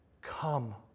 Come